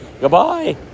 Goodbye